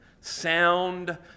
sound